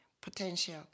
potential